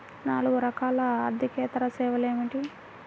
నాలుగు రకాల ఆర్థికేతర సేవలు ఏమిటీ?